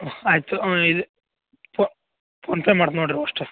ಆಯಿತು ಇದು PhonePe ಮಾಡೋದು ನೋಡಿರಿ ಫಸ್ಟು